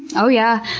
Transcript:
oh yeah.